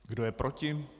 Kdo je proti?